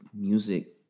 music